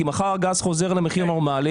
כי מחר הגז חוזר למחיר נורמלי,